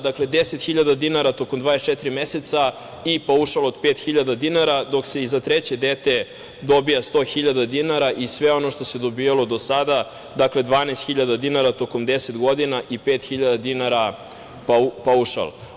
Dakle, 10.000 dinara tokom 24 meseca i paušal od 5.000 dinara, dok se i za treće dete dobija 100.000 dinara i sve ono što se dobijalo do sada, 12.000 dinara tokom deset godina i 5.000 dinara paušal.